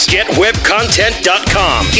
GetWebContent.com